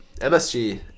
MSG